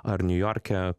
ar niujorke